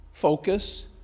focus